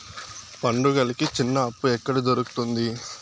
పండుగలకి చిన్న అప్పు ఎక్కడ దొరుకుతుంది